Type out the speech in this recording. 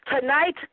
tonight